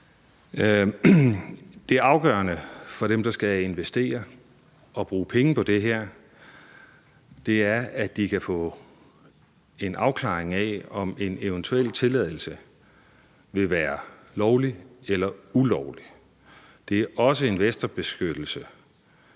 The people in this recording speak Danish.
Det afgørende for dem, der skal investere og bruge penge på det her, er, at de kan få en afklaring af, om en eventuel tilladelse vil være lovlig eller ulovlig. Det er også investorbeskyttelse